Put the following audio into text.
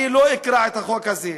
אני לא אקרע את החוק הזה,